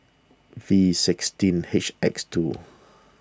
V sixteen H X two